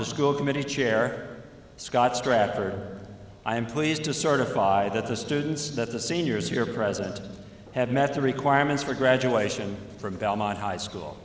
the school committee chair scott stratford i am pleased to certify that the students that the seniors here present have met the requirements for graduation from belmont high school